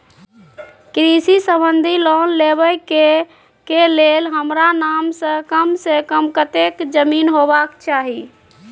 कृषि संबंधी लोन लेबै के के लेल हमरा नाम से कम से कम कत्ते जमीन होबाक चाही?